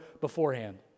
beforehand